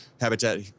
habitat